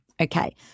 Okay